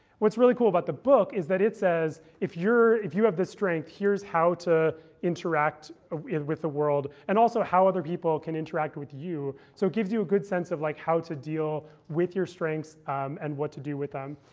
what's really cool about the book is that it says, if you have this strength, here's how to interact ah with with the world, and also how other people can interact with you. so it gives you a good sense of like how to deal with your strengths and what to do with them.